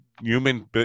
human